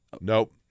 Nope